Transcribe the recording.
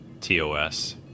TOS